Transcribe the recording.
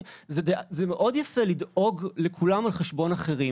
זה מאוד יפה לדאוג לכולם על חשבון אחרים